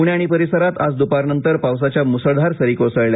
पूणे आणि परिसरात आज दुपारनंतर पावसाच्या मुसळधार सरी कोसळल्या